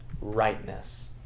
rightness